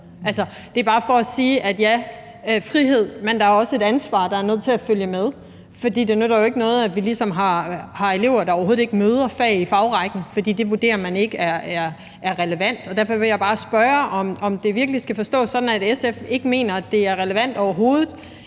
Det er bare for at sige, at ja, der er frihed, men der er også et ansvar, der er nødt til at følge med, for det nytter ikke noget, at vi ligesom har elever, der overhovedet ikke møder fag i fagrækken, fordi man ikke vurderer, at det er relevant. Derfor vil jeg bare spørge, om det virkelig skal forstås sådan, at SF egentlig ikke mener, at det er relevant overhovedet